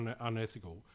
unethical